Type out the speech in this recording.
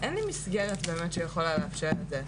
אין לי מסגרת שיכולה לאפשר את זה.